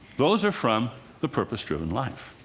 those are from the purpose driven life.